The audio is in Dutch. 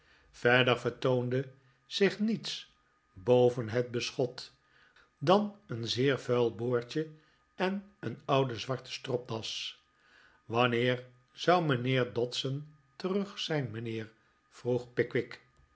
verder vertoonde zich niets boven het beschot dan een zeer vuil boordje en een oude zwarte stropdas wanneer zou mijnheer dodson terug zijn mijnheer vroeg pickwick